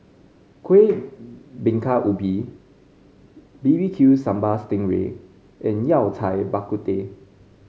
Kueh Bingka Ubi bbq Sambal Sting Ray and Yao Cai Bak Kut Teh